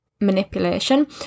manipulation